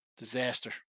Disaster